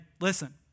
listen